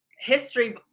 history